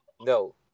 No